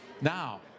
now